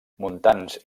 muntants